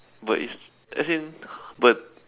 but it's it's as in but